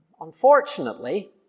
Unfortunately